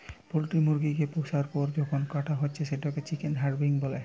poultry মুরগি কে পুষার পর যখন কাটা হচ্ছে সেটাকে চিকেন হার্ভেস্টিং বলে